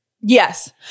Yes